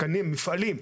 מפעלים.